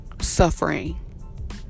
Suffering